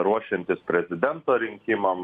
ruošiantis prezidento rinkimam